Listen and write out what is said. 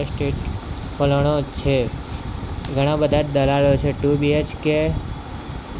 estate પલાણો છે ઘણા બધા દલાલો છે ટુ બીએચકે